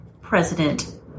President